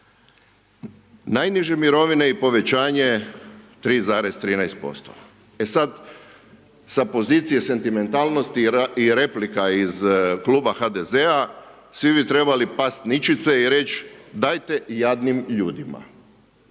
Najniže mirovine i povećanje 3,13%. E sad, sa pozicije sentimentalnosti i replika iz kluba HDZ-a svi bi trebali past ničice i reći dajte jadnim ljudima.